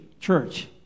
church